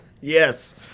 Yes